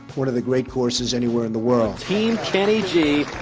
one of the great courses anywhere in the world team kenny g.